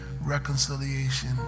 reconciliation